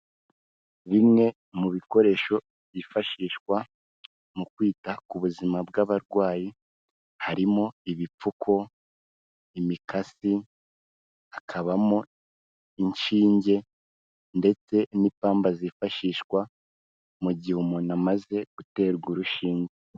Bimwe mu bikoresho byifashishwa mu kwita ku buzima bw'abarwayi, harimo ibipfuko, imikasi, hakabamo inshinge ndetse n'ipamba zifashishwa mu gihe umuntu amaze guterwa urushinge.